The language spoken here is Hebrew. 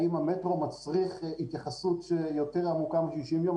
האם המטרו מצריך התייחסות יותר ארוכה מ-60 ימים.